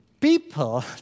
people